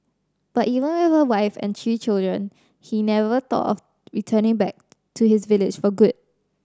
but even with a wife and three children he never thought of returning back to his village for good